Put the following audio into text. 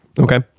Okay